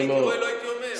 אם הייתי רואה לא הייתי אומר.